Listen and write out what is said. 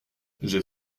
j’ai